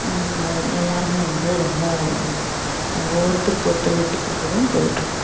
எல்லோருமே வந்து ரொம்ப ஒருத்தருக்கு ஒருத்தர் விட்டுக் கொடுத்துதான் போயிகிட்ருக்கோம்